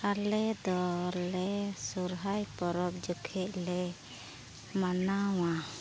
ᱟᱞᱮ ᱫᱚᱞᱮ ᱥᱚᱦᱚᱨᱟᱭ ᱯᱚᱨᱚᱵᱽ ᱡᱚᱠᱷᱚᱱ ᱞᱮ ᱢᱟᱱᱟᱣᱟ